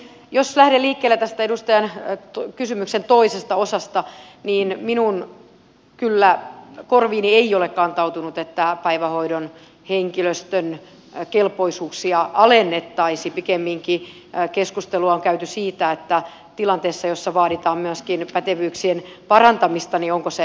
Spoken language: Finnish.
jos lähden liikkeelle tästä edustajan kysymyksen toisesta osasta niin minun korviini kyllä ei ole kantautunut että päivähoidon henkilöstön kelpoisuuksia alennettaisiin pikemminkin keskustelua on käyty siitä että jos on tilanteita joissa vaaditaan myöskin pätevyyksien parantamista niin onko se mahdollista